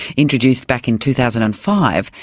introduced back in two thousand and five,